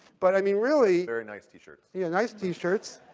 but i mean, really very nice t-shirts. yeah, nice t-shirts.